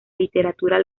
literatura